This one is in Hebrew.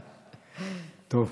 טוב.